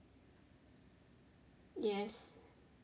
yes